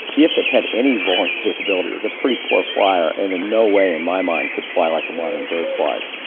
if it had any volant capability it was a pretty poor flyer and in no way, in my mind, could fly like a modern bird flies.